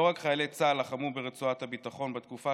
לא רק חיילי צה"ל לחמו ברצועת הביטחון בתקופה